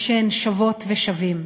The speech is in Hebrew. ושהן שוות ושווים.